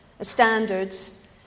standards